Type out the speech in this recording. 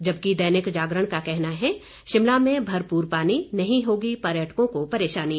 जबकि दैनिक जागरण का कहना है शिमला में भरपूर पानी नहीं होगी पर्यटकों को परेशानी